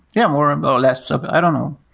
yeah, or um or less. ah but i don't know.